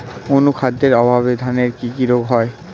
অনুখাদ্যের অভাবে ধানের কি কি রোগ হয়?